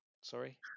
sorry